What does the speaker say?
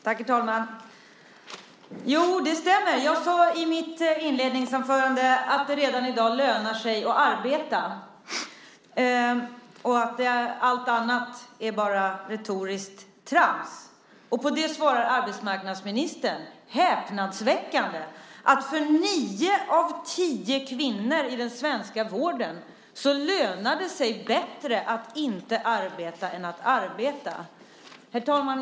Herr talman! Det stämmer att jag sade i mitt inledningsanförande att det redan i dag lönar sig att arbeta och att allt annat bara är retoriskt trams. På det svarar arbetsmarknadsministern, häpnadsväckande, att för nio av tio kvinnor i den svenska vården lönar det sig bättre att inte arbeta än att arbeta. Herr talman!